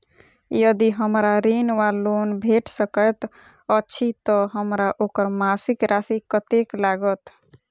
यदि हमरा ऋण वा लोन भेट सकैत अछि तऽ हमरा ओकर मासिक राशि कत्तेक लागत?